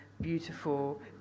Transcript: beautiful